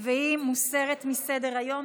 והיא מוסרת מסדר-היום.